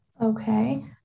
Okay